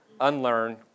unlearn